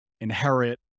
inherit